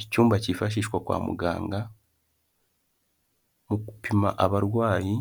Icyumba cyifashishwa kwa muganga mu gupima abarwayi,